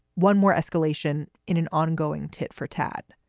one more escalation in an ongoing tit for tat.